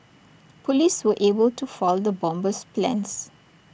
Police were able to foil the bomber's plans